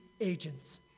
agents